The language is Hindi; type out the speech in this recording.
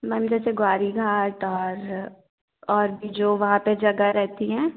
मैम जैसे गौरी घाट और और भी जो वहाँ पर जगह रहती हैं